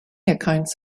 accounts